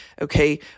Okay